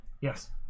Yes